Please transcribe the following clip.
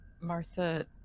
Martha